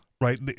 right